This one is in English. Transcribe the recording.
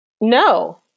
No